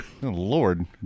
Lord